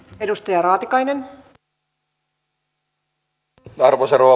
itse en tiedä mihin kuulun